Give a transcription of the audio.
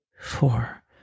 four